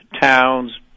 towns